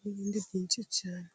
n'ibindi byinshi cyane.